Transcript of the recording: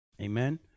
Amen